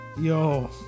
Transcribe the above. Yo